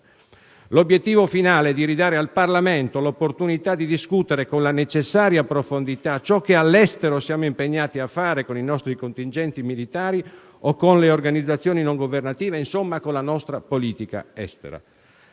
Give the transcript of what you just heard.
L'obiettivo finale è di ridare al Parlamento l'opportunità di discutere con la necessaria profondità ciò che all'estero siamo impegnati a fare con i nostri contingenti militari o con le organizzazioni non governative, insomma con la nostra politica estera.